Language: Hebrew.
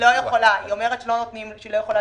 בשנתיים האחרונות